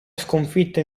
sconfitte